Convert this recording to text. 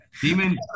Demon